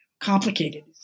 Complicated